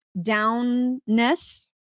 downness